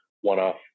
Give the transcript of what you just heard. one-off